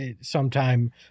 sometime